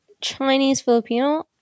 Chinese-Filipino